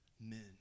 men